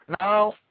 Now